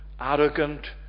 arrogant